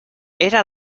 era